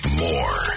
more